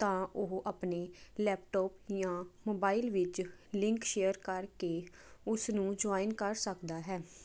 ਤਾਂ ਉਹ ਆਪਣੇ ਲੈਪਟਾਪ ਜਾਂ ਮੋਬਾਈਲ ਵਿੱਚ ਲਿੰਕ ਸ਼ੇਅਰ ਕਰਕੇ ਉਸ ਨੂੰ ਜੁਆਇਨ ਕਰ ਸਕਦਾ ਹੈ